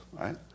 right